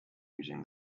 using